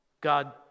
God